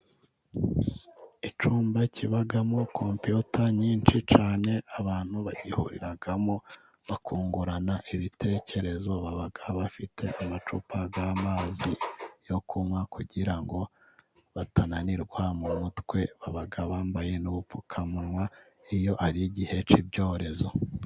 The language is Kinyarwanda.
Icyumba kibamo kompiyuta nyinshi cyane abantu bagihuriramo, bakungurana ibitekerezo baba bafite amacupa n'amazi yo kunywa, kugira ngo batananirwa mu mutwe baba bambaye n'agapfukamunwa iyo ari igihe k'ibyorezo.